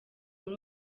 muri